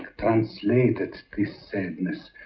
translated this sadness,